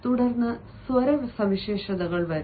തുടർന്ന് സ്വര സവിശേഷതകൾ വരുന്നു